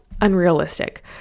unrealistic